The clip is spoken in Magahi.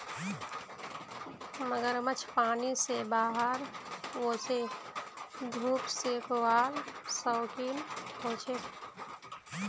मगरमच्छ पानी से बाहर वोसे धुप सेकवार शौक़ीन होचे